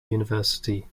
university